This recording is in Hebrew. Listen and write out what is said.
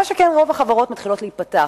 מה שכן, רוב החברות מתחילות להיפתח.